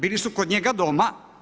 Bili su kod njega doma?